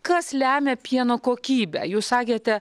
kas lemia pieno kokybę jūs sakėte